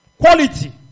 Quality